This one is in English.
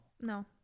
No